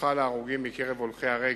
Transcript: פסחה על ההרוגים מקרב הולכי-הרגל.